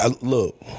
Look